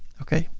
okay.